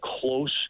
close